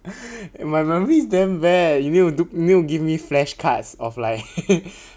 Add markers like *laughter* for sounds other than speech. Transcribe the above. *laughs* my memories damn bad you need to give me flashcards of like *laughs*